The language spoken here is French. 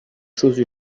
chose